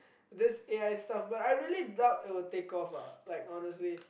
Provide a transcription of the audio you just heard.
this A_I stuff but I really doubt it would take off ah honestly